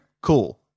Cool